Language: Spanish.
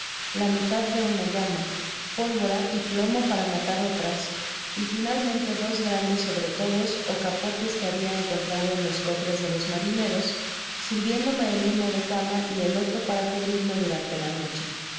la mitad de una llama pólvora y plomo para matar otras y finalmente dos grandes sobretodos ó capotes que habia encontrado en los cofres de los marineros sirviéndome el uno de cama y el otro para cubrirme durante la noche